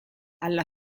alla